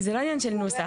זה לא עניין של נוסח.